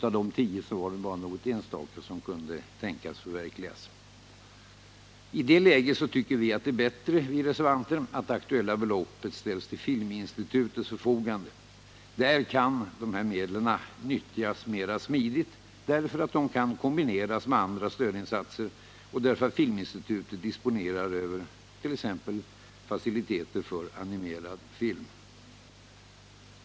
Av dessa 10 var det bara någon enstaka som kunde tänkas förverkligas. I det läget tycker vi reservanter att det är bättre att det aktuella beloppet ställs till Filminstitutets förfogande. Där kan dessa medel nyttjas mera smidigt, därför att de kan kombineras med andra stödinsatser och därför att Filminstitutet disponerar över t.ex. faciliteter för animerad film.